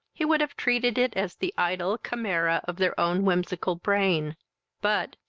he would have treated it as the idle chimera of their own whimsical brain but,